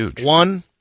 one